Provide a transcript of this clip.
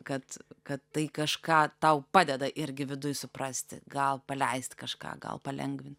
kad kad tai kažką tau padeda irgi viduj suprasti gal paleist kažką gal palengvint